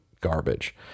garbage